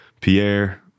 Pierre